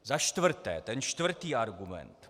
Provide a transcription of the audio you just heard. Za čtvrté, ten čtvrtý argument.